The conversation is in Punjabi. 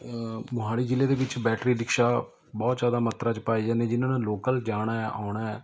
ਮੋਹਾਲੀ ਜ਼ਿਲ੍ਹੇ ਦੇ ਵਿੱਚ ਬੈਟਰੀ ਰਿਕਸ਼ਾ ਬਹੁਤ ਜ਼ਿਆਦਾ ਮਾਤਰਾ 'ਚ ਪਾਏ ਜਾਂਦੇ ਜਿਨ੍ਹਾਂ ਨਾਲ ਲੋਕਲ ਜਾਣਾ ਆਉਣਾ